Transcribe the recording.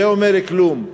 זה אומר כלום.